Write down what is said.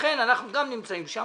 לכן אנחנו גם נמצאים שם,